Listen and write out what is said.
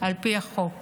על פי החוק.